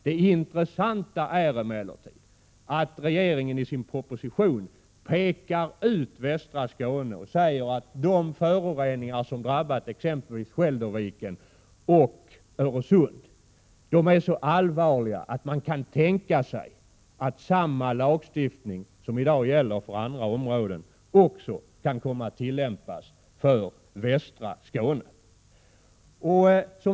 Det intressanta är emellertid att regeringen i sin proposition pekar ut västra Skåne och säger att de föroreningar som drabbat exempelvis Skälderviken och Öresund är så allvarliga att man kan tänka sig att samma lagstiftning som i dag gäller för andra områden också kan komma att tillämpas för västra Skåne.